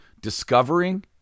Discovering